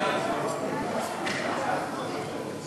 ההצעה להעביר את הצעת חוק לתיקון פקודת התעבורה (הוראת שעה),